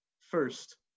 First